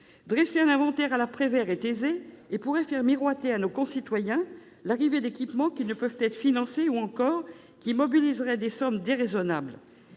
Dresser un inventaire à la Prévert est aisé et pourrait faire miroiter à nos concitoyens l'arrivée d'équipements qui ne peuvent être financés ou dont la réalisation mobiliserait des sommes déraisonnables.